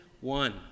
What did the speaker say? one